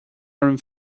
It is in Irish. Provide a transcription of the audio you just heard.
orm